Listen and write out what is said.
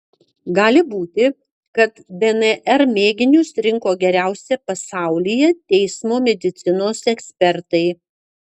gali būti kad dnr mėginius rinko geriausi pasaulyje teismo medicinos ekspertai